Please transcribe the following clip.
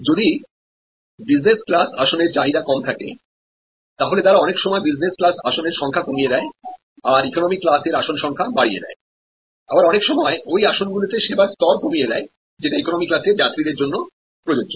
যদি business class আসনের চাহিদা কম থাকে তাহলে তারা অনেক সময় বিজনেস ক্লাসআসন এর সংখ্যা কমিয়ে দেয়আর ইকনোমি ক্লাস এর আসন সংখ্যা বাড়িয়ে দেয় আবারঅনেক সময় ওই আসনগুলিতে পরিষেবার স্তর কমিয়ে দেয় যেটা ইকোনমি ক্লাশের যাত্রীদের জন্য প্রযোজ্য